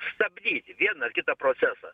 stabdyti vieną ar kitą procesą